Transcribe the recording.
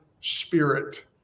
spirit